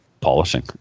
polishing